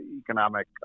economic